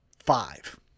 Five